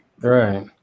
Right